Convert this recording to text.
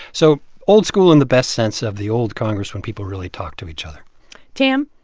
so old school in the best sense of the old congress when people really talked to each other tam?